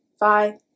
Bye